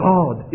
God